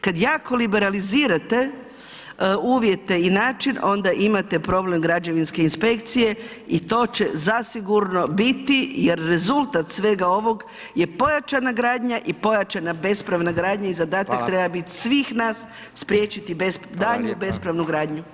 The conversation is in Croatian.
Kada jako liberalizirate uvjete i način onda imate problem građevinske inspekcije i to će zasigurno biti jer rezultat svega ovog je pojačana gradnja i pojačana bespravna gradnja i zadatak treba biti svih nas priječiti daljnju bespravnu gradnju.